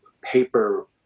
paper